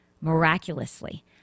miraculously